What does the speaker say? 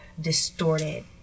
distorted